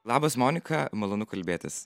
labas monika malonu kalbėtis